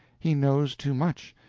he knows too much.